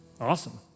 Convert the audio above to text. awesome